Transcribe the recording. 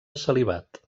celibat